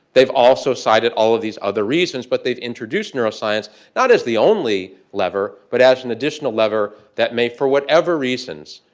they've also cited all of these other reasons, but they've introduced neuroscience not as the only lever, but as an additional lever that may, for whatever reasons,